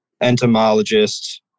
entomologists